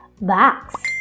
box